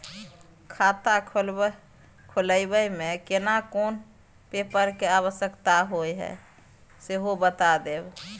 खाता खोलैबय में केना कोन पेपर के आवश्यकता होए हैं सेहो बता देब?